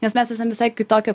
nes mes esam visai kitokio